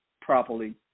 properly